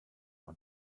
und